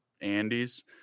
Andy's